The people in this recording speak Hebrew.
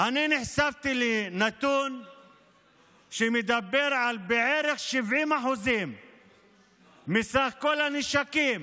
אני נחשפתי לנתון שמדבר על בערך 70% מסך כל הנשקים